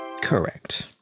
Correct